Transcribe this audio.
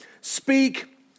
speak